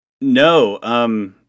No